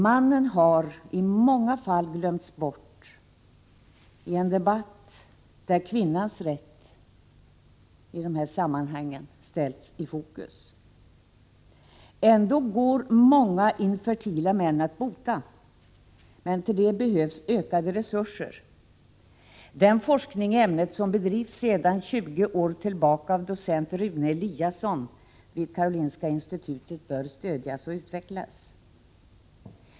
Mannen har i många fall glömts bort i en debatt, där kvinnans rätt i dessa sammanhang ställts i fokus. Ändå kan många infertila män botas, men till det behövs ökade resurser. Den forskning i ämnet som bedrivs sedan 20 år tillbaka av docent Rune Eliasson vid Karolinska institutet bör stödjas och utvecklas.